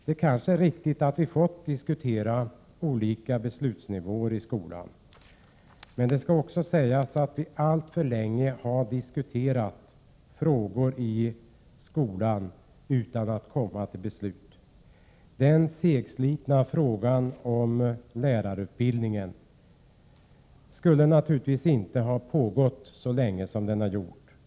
Det är kanske riktigt att vi fått diskutera olika beslutsnivåer i skolan. Men nu skall också sägas att vi alltför länge diskuterat skolfrågorna utan att någon gång komma till beslut. Den segslitna frågan om lärarutbildningen skulle naturligtvis inte ha fått pågå så länge som den har gjort.